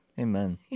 amen